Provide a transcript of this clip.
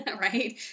right